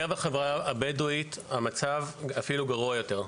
בקרב החברה הבדואית המצב אפילו גרוע יותר,